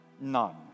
none